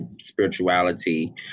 spirituality